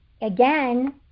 again